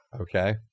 Okay